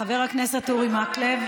חבר הכנסת אורי מקלב.